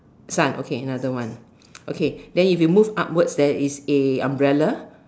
sun okay another one okay then if you move upwards there is a umbrella